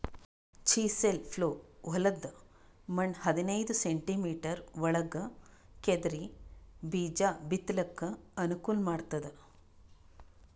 chisel plough ಹೊಲದ್ದ್ ಮಣ್ಣ್ ಹದನೈದ್ ಸೆಂಟಿಮೀಟರ್ ಒಳಗ್ ಕೆದರಿ ಬೀಜಾ ಬಿತ್ತಲಕ್ ಅನುಕೂಲ್ ಮಾಡ್ತದ್